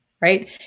right